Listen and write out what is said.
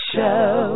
Show